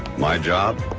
my job?